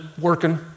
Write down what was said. working